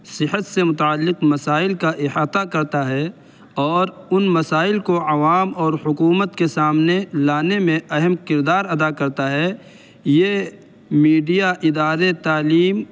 صحت سے متعلق مسائل کا احاطہ کرتا ہے اور ان مسائل کو عوام اور حکومت کے سامنے لانے میں اہم کردار ادا کرتا ہے یہ میڈیا ادارے تعلیم